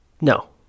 no